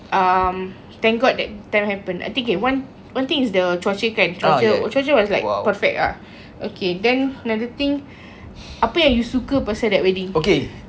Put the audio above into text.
um thank god that time one one thing is the cuaca kan cuaca cuaca was like perfect ah okay then another thing apa yang you suka pasal that wedding